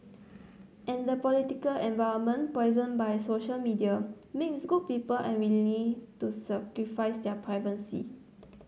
and the political environment poisoned by social media makes good people unwilling to sacrifice their privacy